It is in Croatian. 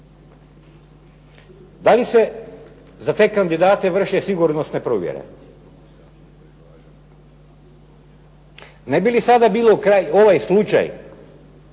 Da li se za te kandidate vrše sigurnosne provjere? Ne bi li sada bilo ovaj slučaj